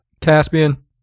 Caspian